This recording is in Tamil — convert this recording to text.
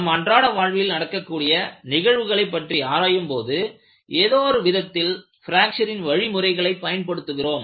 நம் அன்றாட வாழ்வில் நடக்கக்கூடிய நிகழ்வுகளை பற்றி ஆராயும் போது ஏதோ ஒரு விதத்தில் பிராக்ச்சரின் வழிமுறைகளை பயன்படுத்துகிறோம்